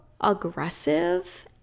aggressive